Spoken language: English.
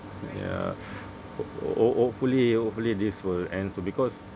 ya ho~ ho~ hopefully hopefully this will end soon because